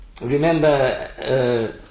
Remember